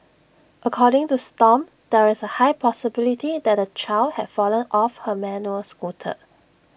according to stomp there is A high possibility that the child had fallen off her manual scooter